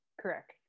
correct